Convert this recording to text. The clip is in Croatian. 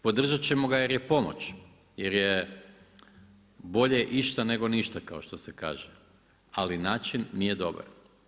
Podržat ćemo ga jer je pomoć, jer je bolje išta nego ništa kao što se kaže, ali način nije dobar.